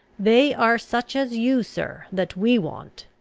they are such as you sir, that we want.